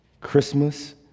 Christmas